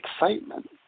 excitement